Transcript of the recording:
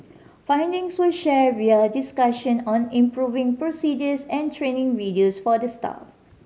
findings were shared via discussion on improving procedures and training videos for the staff